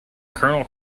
colonel